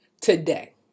today